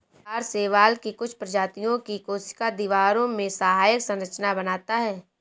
आगर शैवाल की कुछ प्रजातियों की कोशिका दीवारों में सहायक संरचना बनाता है